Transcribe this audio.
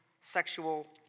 sexual